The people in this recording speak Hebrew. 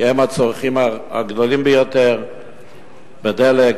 כי הם הצרכנים הגדולים ביותר של דלק,